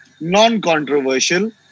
non-controversial